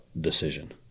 decision